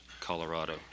Colorado